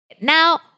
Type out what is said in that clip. Now